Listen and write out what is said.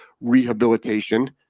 rehabilitation